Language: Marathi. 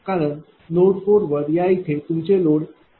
कारण नोड 4 वर या इथे तुमचे लोड PL jQL आहे